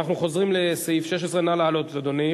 אנחנו חוזרים לסעיף 16. נא לעלות, אדוני.